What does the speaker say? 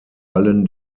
allen